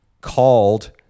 called